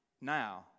now